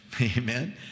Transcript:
Amen